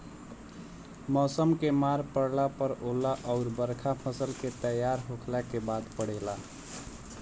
मौसम के मार पड़ला पर ओला अउर बरखा फसल के तैयार होखला के बाद पड़ेला